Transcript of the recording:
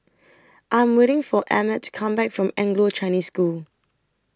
I Am waiting For Emmett to Come Back from Anglo Chinese School